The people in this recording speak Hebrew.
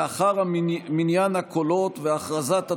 לאחר מניין הקולות והכרזת התוצאות,